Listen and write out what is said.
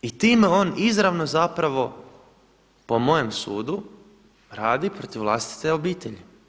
I time on izravno zapravo po mojem sudu radi protiv vlastite obitelji.